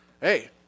Hey